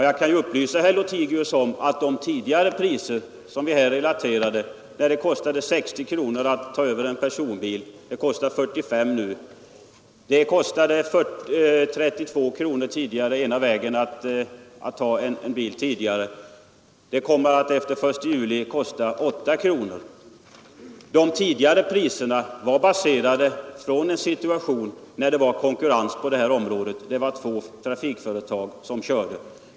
Jag vill då påminna herr Lothigius om att tidigare kostade det 60 kronor att ta över en personbil medan det nu kostar 45. Det kostade 32 kronor per längdmeter att ta över en bil i ena riktningen, men efter den 1 juli kommer det att kosta 8 kronor. De tidigare priserna fastställdes då konkurrens rådde i fråga om trafiken — det var två trafikföretag som körde.